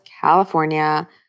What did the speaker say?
California